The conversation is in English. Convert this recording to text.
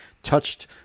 touched